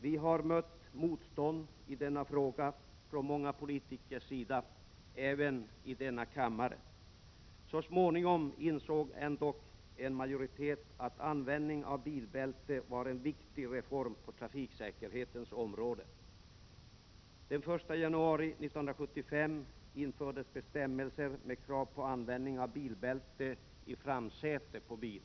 Vi har mött motstånd i denna fråga från många politikers sida, även i denna kammare. Så småningom insåg — Prot. 1987/88:21 ändock en majoritet att användning av bilbälte var en viktig reform på 11 november 1987 trafiksäkerhetens område. Den 1 januari 1975 infördes "bestämmelser Träfiksäkerhetocha innebärande krav på användning av bilbälte i framsäte på bil.